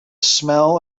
smell